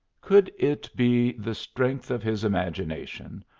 could it be the strength of his imagination,